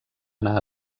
anar